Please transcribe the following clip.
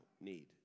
need